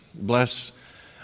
Bless